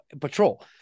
patrol